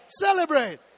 Celebrate